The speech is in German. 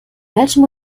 welchem